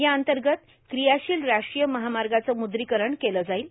या अंतर्गत क्रियाशील राष्ट्रीय महामार्गाचं मुद्रीकरण केलं जाईल